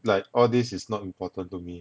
like all this is not important to me